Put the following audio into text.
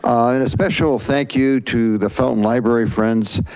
and a special thank you to the felton library friends.